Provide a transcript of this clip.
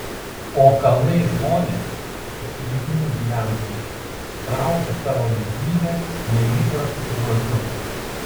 o kalnai žmones ypač lygumų gyventojus traukia savo didybe neįprastu grožiu